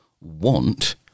want